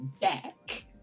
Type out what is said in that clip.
back